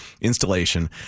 installation